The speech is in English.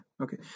okay